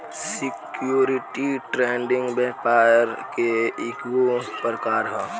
security trading व्यापार के ईगो प्रकार ह